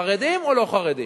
חרדים או לא חרדים?